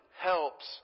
helps